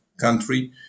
country